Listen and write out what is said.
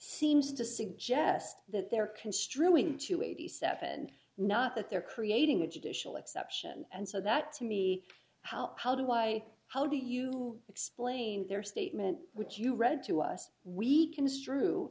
seems to suggest that there construing to eighty seven not that they're creating a judicial exception and so that to me how how do i how do you explain their statement which you read to us we construe